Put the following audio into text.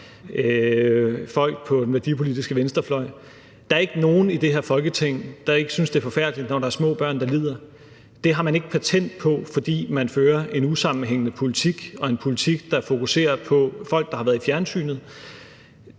folk på den værdipolitiske venstrefløj. Der er ikke nogen i det her Folketing, der ikke synes, det er forfærdeligt, når der er små børn, der lider. Det har man ikke patent på, fordi man fører en usammenhængende politik og en politik, der fokuserer på folk, der har været i fjernsynet.